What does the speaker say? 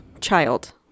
child